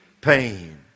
pain